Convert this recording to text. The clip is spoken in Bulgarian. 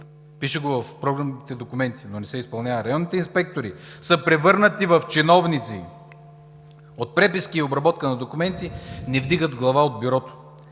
пише го в програмните документи, но не се изпълнява. Районните инспектори са превърнати в чиновници – от преписки и обработка на документи не вдигат глава от бюрото.